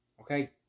Okay